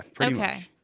Okay